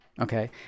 Okay